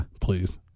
Please